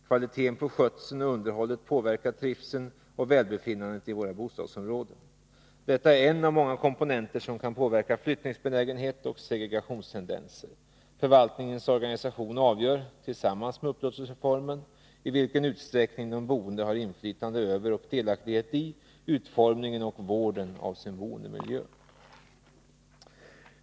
Kvaliteten på skötseln och underhållet påverkar trivseln och välbefinnandet i våra bostadsområden. Detta är en av många komponenter som kan påverka flyttningsbenägenhet och segregationstendenser. Förvaltningens organisation avgör, tillsammans med upplåtelseformen, i vilken utsträckning de boende har inflytande över och delaktighet i utformningen och vården av sin boendemiljö.